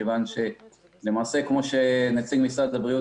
כמו שציין עמיר יצחקי, נציג משרד הבריאות,